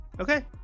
okay